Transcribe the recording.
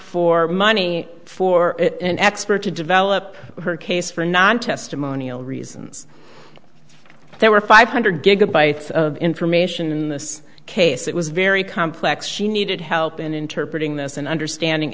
for money for an expert to develop her case for non testimonial reasons there were five hundred gigabytes of information in this case it was very complex she needed help and interpreting this and understanding